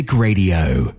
Radio